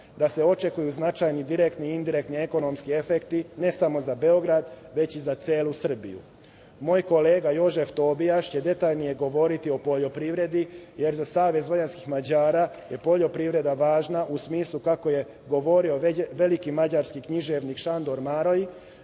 da se očekuju značajni direktni i indirektni ekonomski efekti ne samo za Beograd, već i za celu Srbiju. Moj kolega Jožef Tobijaš će detaljnije govoriti o poljoprivredi, jer za SVM je poljoprivreda važna u smislu kako je govorio veliki mađarski književnik Šandor Maroj.